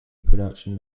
production